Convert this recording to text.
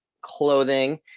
clothing